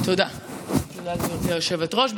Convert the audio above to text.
תודה, גברתי היושבת-ראש.